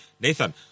Nathan